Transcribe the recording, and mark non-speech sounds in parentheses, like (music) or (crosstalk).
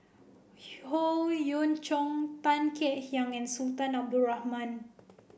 (unintelligible) Howe Yoon Chong Tan Kek Hiang and Sultan Abdul Rahman